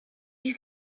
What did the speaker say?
you